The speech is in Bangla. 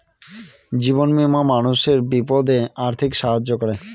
জীবন বীমা মানুষের বিপদে আর্থিক সাহায্য করে